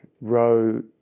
row